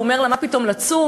והוא אומר לה: מה פתאום לצום,